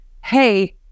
hey